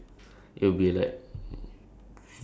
for example wait ah like um